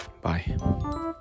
Bye